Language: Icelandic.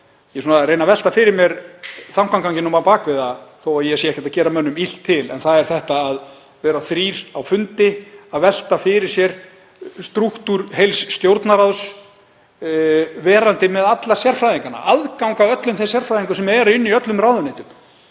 Ég er reyna að velta fyrir mér þankaganginum á bak við þó að ég sé ekkert að gera mönnum illt til, en það er þetta að vera þrír á fundi að velta fyrir sér strúktúr heils Stjórnarráðs verandi með alla sérfræðingana, aðgang að öllum þeim sérfræðingum sem eru í öllum ráðuneytum,